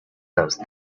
those